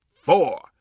four